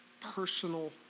personal